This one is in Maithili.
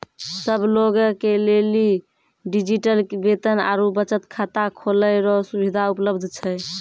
सब लोगे के लेली डिजिटल वेतन आरू बचत खाता खोलै रो सुविधा उपलब्ध छै